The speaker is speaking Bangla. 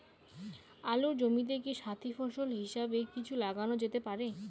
আলুর জমিতে কি সাথি ফসল হিসাবে কিছু লাগানো যেতে পারে?